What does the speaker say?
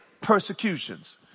persecutions